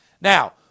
Now